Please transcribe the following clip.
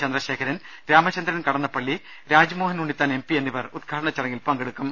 Chandrasekharan Ramachandran Kadannappally Rajmohan Unnithan MP എന്നിവർ ഉദ്ഘാടന ചടങ്ങിൽ പങ്കെ ടുക്കും